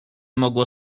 mogło